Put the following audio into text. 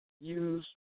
use